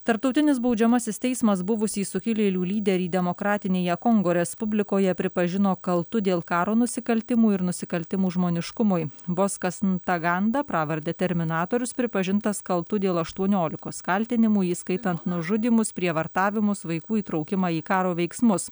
tarptautinis baudžiamasis teismas buvusį sukilėlių lyderį demokratinėje kongo respublikoje pripažino kaltu dėl karo nusikaltimų ir nusikaltimų žmoniškumui boskas ntaganda pravarde terminatorius pripažintas kaltu dėl aštuoniolikos kaltinimų įskaitant nužudymus prievartavimus vaikų įtraukimą į karo veiksmus